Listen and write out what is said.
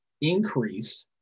increase